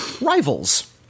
Rivals